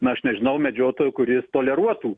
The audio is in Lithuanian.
na aš nežinau medžiotojo kuris toleruotų